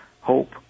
hope